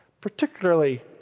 particularly